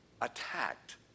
attacked